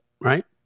right